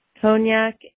cognac